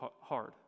hard